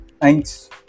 Thanks